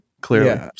clearly